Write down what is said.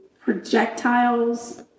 projectiles